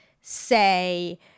say